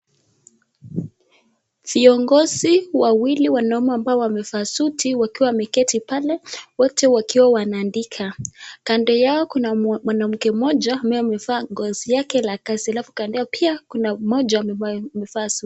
Viongozi wawili wanaume ambao wamevaa suti wakiwa wameketi pale wote wakiwa wanaandika. Kando yake kuna mwanamke mmoja ambaye amevaa ngozi lake ya kazi alafu kando yake pia kuna mmoja amevaa suti.